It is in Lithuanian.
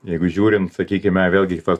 jeigu žiūrint sakykime vėlgi į tą